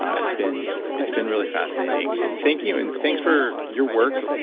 it's been it's been really fascinating. and thank you. and thanks for your work.